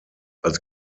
als